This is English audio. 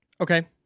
Okay